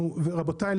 ורבותי,